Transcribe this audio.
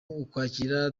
ukwakira